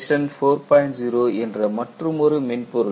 0 என்ற மற்றுமொரு மென்பொருளும் உள்ளது